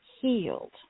healed